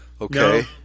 Okay